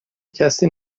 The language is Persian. کسی